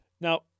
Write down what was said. Now